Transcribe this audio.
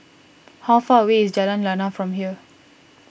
how far away is Jalan Lana from here